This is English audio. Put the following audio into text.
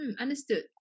Understood